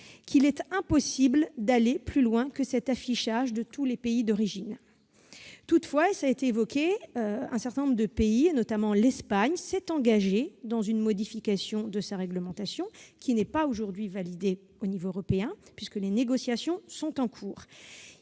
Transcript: qu'il est impossible d'aller plus loin que cet affichage de tous les pays d'origine. Toutefois, comme cela a été évoqué, un certain nombre de pays, notamment l'Espagne, se sont engagés dans une modification de leur réglementation, qui n'est pas aujourd'hui validée au niveau européen, les négociations étant en cours.